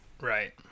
Right